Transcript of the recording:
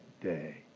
day